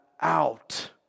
out